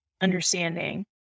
understanding